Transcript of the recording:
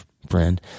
friend